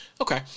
Okay